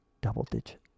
double-digit